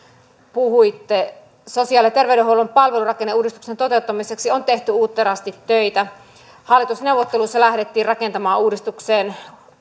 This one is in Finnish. puhuitte sosiaali ja terveydenhuollon palvelurakenneuudistuksen toteuttamiseksi on tehty uutterasti töitä hallitusneuvotteluissa lähdettiin rakentamaan uudistukseen